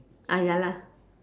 ah ya lah